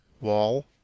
Wall